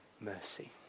mercy